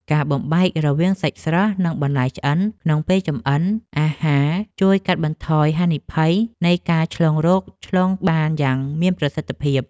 ការបំបែករវាងសាច់ស្រស់និងបន្លែឆ្អិនក្នុងពេលចម្អិនអាហារ ជួយកាត់បន្ថយហានិភ័យនៃការឆ្លងរោគឆ្លងបានយ៉ាងមានប្រសិទ្ធភាព។